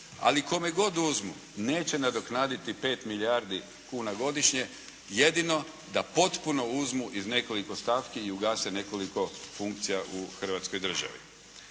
Ali kome kod uzmu neće nadoknaditi 5 milijardi kuna godišnje jedino da potpuno uzmu iz nekoliko stavki i ugase nekoliko funkcija u Hrvatskoj državi.